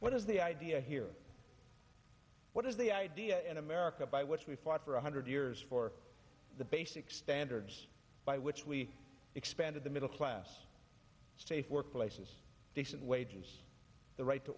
what is the idea here what is the idea in america by which we fought for a hundred years for the basic standards by which we expanded the middle class safe workplace and decent wages the right to